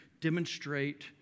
demonstrate